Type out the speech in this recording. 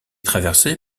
traversé